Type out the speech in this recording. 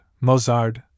Mozart